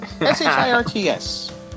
S-H-I-R-T-S